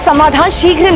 so matang shiva and